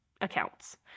accounts